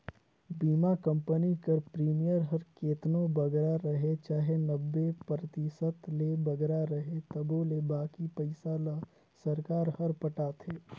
बीमा कंपनी कर प्रीमियम हर केतनो बगरा रहें चाहे नब्बे परतिसत ले बगरा रहे तबो ले बाकी पइसा ल सरकार हर पटाथे